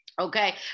okay